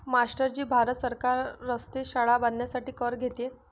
master ji Bharat सरकार रस्ते, शाळा बांधण्यासाठी कर घेते